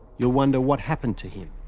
you'll wonder, what happened to him?